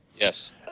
Yes